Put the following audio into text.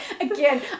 again